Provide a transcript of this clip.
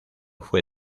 fue